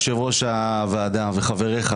יושב ראש הוועדה וחבריך,